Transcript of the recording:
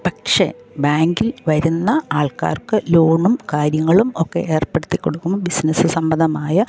പക്ഷെ ബാങ്കിൽ വരുന്ന ആൾക്കാർക്ക് ലോണും കാര്യങ്ങളും ഒക്കെ ഏർപ്പെടുത്തി കൊടുക്കും ബിസിനസ്സ് സംബന്ധമായ